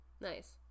nice